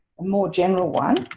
more general one.